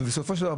אבל בסופו של דבר,